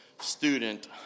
student